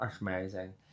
Amazing